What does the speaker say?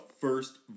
first